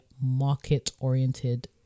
market-oriented